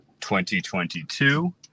2022